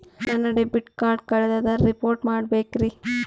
ನನ್ನ debit card ಕಳ್ದದ report ಮಾಡಬೇಕ್ರಿ